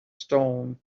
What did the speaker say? stone